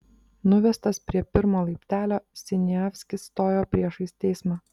nuvestas prie pirmo laiptelio siniavskis stojo priešais teismą